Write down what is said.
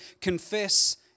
confess